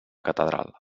catedral